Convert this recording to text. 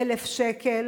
שקל,